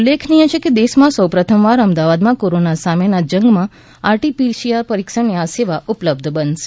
ઉલ્લેખનિય છે કે દેશમાં સૌ પ્રથમવાર અમદાવાદમાં કોરોના સામેના જંગમાં આરટીપીસીઆર પરિક્ષણની આ સેવા ઉપલબ્ધ બનશે